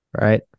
Right